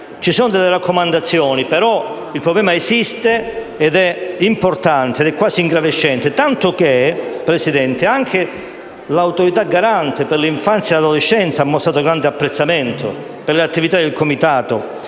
quindi, delle raccomandazioni, ma il problema esiste, è importante ed è quasi ingravescente, tanto che anche l'Autorità garante per l'infanzia e l'adolescenza ha mostrato grande apprezzamento per l'attività del Comitato,